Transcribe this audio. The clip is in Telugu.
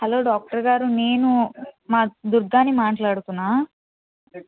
హలో డాక్టర్ గారు నేను మా దుర్గాని మాట్లాడుతున్నాను